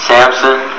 Samson